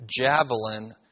javelin